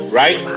right